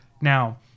Now